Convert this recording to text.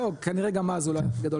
לא כנראה גם אז הוא לא היה הכי גדול